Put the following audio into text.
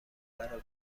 برا